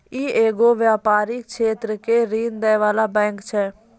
इ एगो व्यपारिक क्षेत्रो के ऋण दै बाला बैंक छै